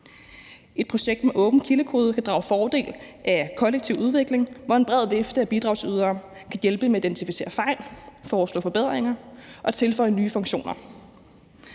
Et projekt med åben kildekode kan drage fordel af kollektiv udvikling, hvor en bred vifte af bidragsydere kan hjælpe med at identificere fejl, foreslå forbedringer og tilføje nye funktioner.